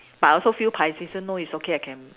but I also feel paiseh say no it's okay I can